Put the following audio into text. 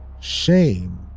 Shame